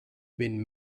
wenn